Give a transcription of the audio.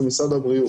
זה משרד הבריאות.